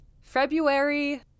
February